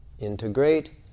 Integrate